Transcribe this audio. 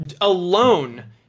alone